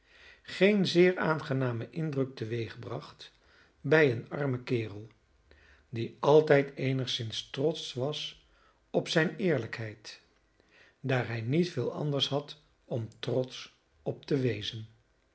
geen zeer aangenamen indruk teweegbracht bij een armen kerel die altijd eenigszins trotsch was op zijn eerlijkheid daar hij niet veel anders had om trotsch op te wezen